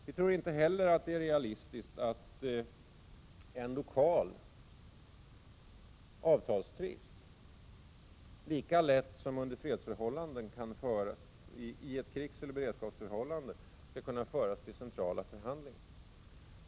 Vi tror inte heller att det är realistiskt att en lokal avtalstvist under krig eller beredskap lika lätt som under fredsförhållanden skall kunna föras vid centrala förhandlingar.